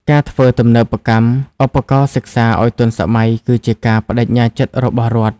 ការធ្វើទំនើបកម្មឧបករណ៍សិក្សាឱ្យទាន់សម័យ គឺជាការប្ដេជ្ញាចិត្តរបស់រដ្ឋ។